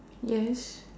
yes